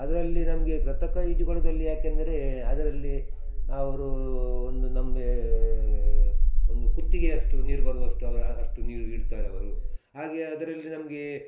ಅದರಲ್ಲಿ ನಮಗೆ ಕೃತಕ ಈಜು ಕೊಳದಲ್ಲಿ ಯಾಕೆಂದರೆ ಅದರಲ್ಲಿ ಅವ್ರು ಒಂದು ನಮಗೆ ಒಂದು ಕುತ್ತಿಗೆ ಅಷ್ಟು ನೀರು ಬರುವಷ್ಟು ಅವ್ರು ಅಷ್ಟು ನೀರು ಇಡ್ತಾರವರು ಹಾಗೆಯೇ ಅದರಲ್ಲಿ ನಮ್ಗೆ